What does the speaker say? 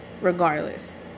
regardless